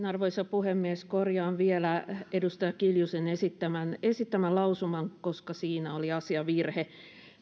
arvoisa puhemies korjaan vielä edustaja kiljusen esittämän esittämän lausuman koska siinä oli asiavirhe